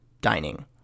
dining